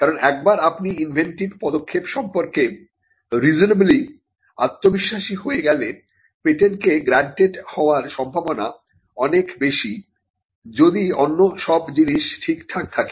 কারণ একবার আপনি ইনভেন্টিভ পদক্ষেপ সম্পর্কে রিজনেবলি আত্মবিশ্বাসী হয়ে গেলে পেটেন্টকে গ্রান্টেড হবার সম্ভাবনা অনেক বেশি যদি অন্য সব জিনিস ঠিকঠাক থাকে